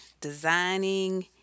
designing